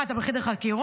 מה, אתה בחדר חקירות?